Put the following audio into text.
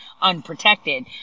unprotected